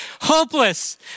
Hopeless